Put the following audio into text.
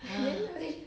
!hais!